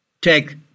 take